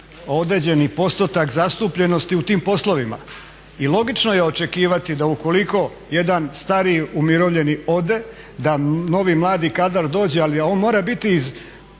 postotak zastupljenosti u tim poslovima. I logično je očekivati da ukoliko jedan stariji umirovljeni ode da novi mladi kadar dođe ali on mora biti